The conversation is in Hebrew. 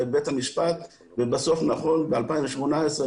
לבית המשפט ובסוף נכון באלפיים ושמונה עשרה